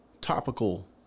topical